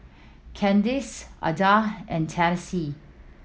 Candyce Adah and Tennessee